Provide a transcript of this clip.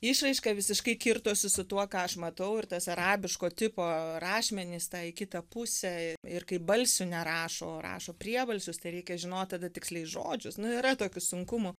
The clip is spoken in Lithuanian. išraiška visiškai kirtosi su tuo ką aš matau ir tas arabiško tipo rašmenys ta į kitą pusę ir kai balsių nerašo o rašo priebalsius tai reikia žinot tada tiksliai žodžius nu yra tokių sunkumų